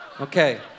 Okay